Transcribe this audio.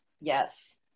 yes